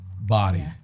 body